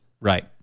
Right